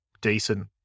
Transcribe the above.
decent